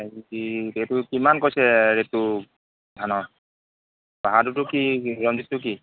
এইটো কিমান কৈছে ৰে'টটো ধানৰ বাহাদুৰটো কি ৰঞ্জিতটো কি